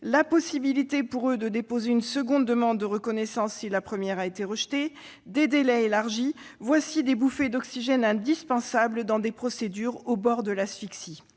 la possibilité pour eux de déposer une seconde demande de reconnaissance si la première a été rejetée, des délais élargis, etc. : voilà des bouffées d'oxygène indispensables dans des procédures au bord de l'asphyxie.